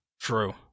True